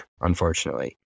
unfortunately